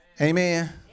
amen